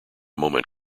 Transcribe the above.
moment